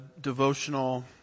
devotional